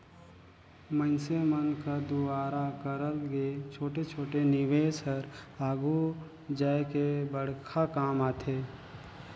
मइनसे मन कर दुवारा करल गे छोटे छोटे निवेस हर आघु जाए के बड़खा काम आथे